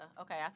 Okay